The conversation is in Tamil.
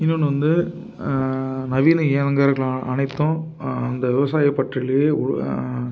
இன்னொன்று வந்து நவீன இயந்திரங்கள் அனைத்தும் அந்த விவசாயப்பட்டறலையே ஒரு